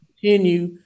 continue